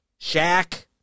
Shaq